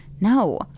No